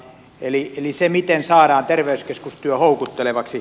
eli miten saadaan terveyskeskustyö houkuttelevaksi